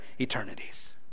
eternities